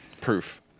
proof